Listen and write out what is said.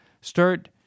start